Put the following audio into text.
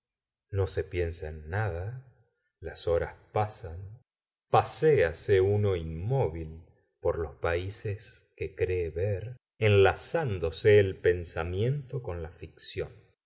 no se piensa en nada las horas pasan paséase uno inmóvil por los países que cree ver enlazandose el pensamiento con la ficción